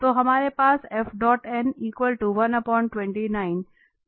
तो हमारे पास है